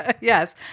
yes